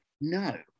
No